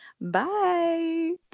Bye